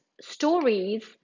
stories